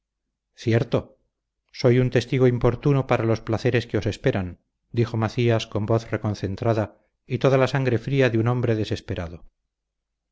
cierto soy un testigo importuno para los placeres que os esperan dijo macías con voz reconcentrada y toda la sangre fría de un hombre desesperado